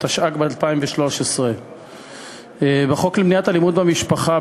התשע"ג 2013. בחוק למניעת אלימות במשפחה,